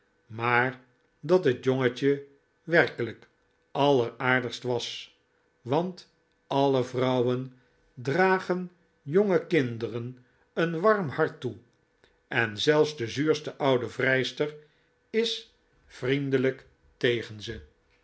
maar dat het jongetje werkelijk alleraardigst was want alle vrouwen dragen jonge kinderen een warm hart toe en zelfs de zuurste oude vrijster is vriendelijk tegen ze